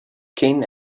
ken